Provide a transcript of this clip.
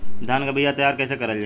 धान के बीया तैयार कैसे करल जाई?